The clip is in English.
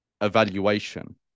evaluation